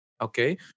okay